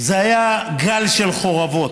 זה היה גל של חורבות,